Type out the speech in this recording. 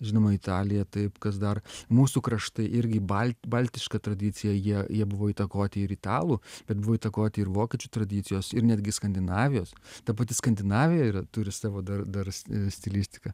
žinoma italija taip kas dar mūsų kraštai irgi balt baltiška tradicija jie jie buvo įtakoti ir italų bet buvo įtakoti ir vokiečių tradicijos ir netgi skandinavijos ta pati skandinavija yra turi savo dar dars stilistiką